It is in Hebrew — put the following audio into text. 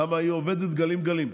כי היא עובדת גלים-גלים.